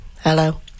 Hello